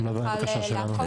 לבקשה שלנו.